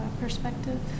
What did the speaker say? perspective